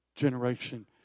generation